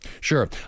Sure